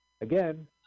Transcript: Again